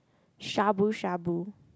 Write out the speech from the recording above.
shabu shabu